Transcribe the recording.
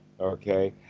okay